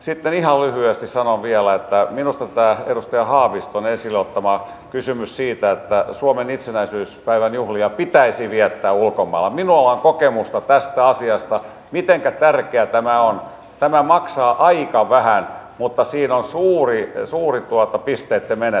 sitten ihan lyhyesti sanon vielä että minusta tämä edustaja haaviston esille ottama kysymys siitä että suomen itsenäisyyspäiväjuhlia pitäisi viettää ulkomailla minulla on kokemusta tästä asiasta että mitenkä tärkeä tämä on maksaa aika vähän mutta siinä on suuri pisteitten menetys edessä